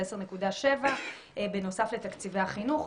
זה 10.7 בנוסף לתקציבי החינוך.